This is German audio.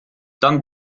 dann